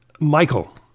Michael